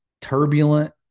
turbulent